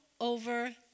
over